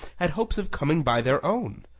had hopes of coming by their own.